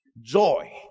joy